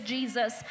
Jesus